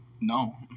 No